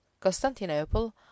constantinople